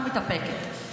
זה הבדיחה הזו?